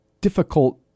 difficult